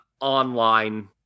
online